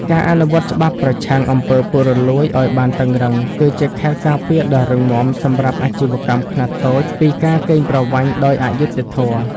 ការអនុវត្តច្បាប់ប្រឆាំង អំពើពុករលួយ ឱ្យបានតឹងរ៉ឹង គឺជាខែលការពារដ៏រឹងមាំសម្រាប់អាជីវកម្មខ្នាតតូចពីការកេងប្រវ័ញ្ចដោយអយុត្តិធម៌។